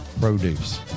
produce